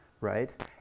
right